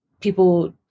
people